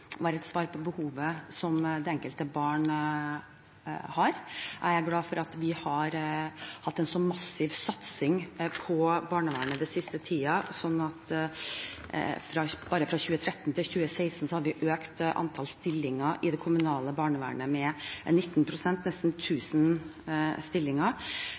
et svar på behovet det enkelte barn har. Jeg er glad for at vi har hatt en massiv satsing på barnevernet den siste tiden. Bare fra 2013 til 2016 har vi økt antall stillinger i det kommunale barnevernet med 19 pst. – nesten 1 000 stillinger.